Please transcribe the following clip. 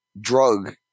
drug